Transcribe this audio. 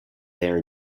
there